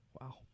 Wow